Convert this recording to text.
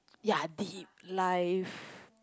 ya deep life